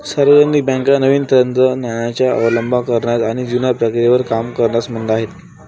सार्वजनिक बँका नवीन तंत्र ज्ञानाचा अवलंब करण्यास आणि जुन्या प्रक्रियेवर काम करण्यास मंद आहेत